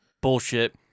bullshit-